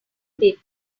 papers